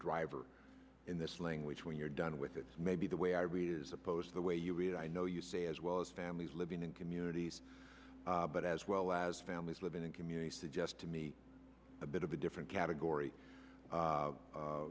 driver in this language when you're done with it maybe the way i read it as opposed to the way you read it i know you say as well as families living in communities but as well as families living in community suggest to me a bit of a different